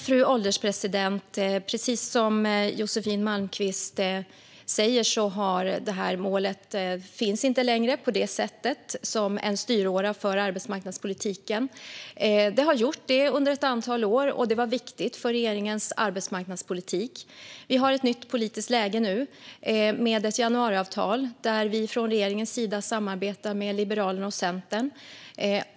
Fru ålderspresident! Precis som Josefin Malmqvist säger finns inte detta mål längre som en styråra för arbetsmarknadspolitiken. Det har gjort det under ett antal år, och det var viktigt för regeringens arbetsmarknadspolitik. Vi har ett nytt politiskt läge i och med januariavtalet, där regeringen samarbetar med Liberalerna och Centern.